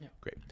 Great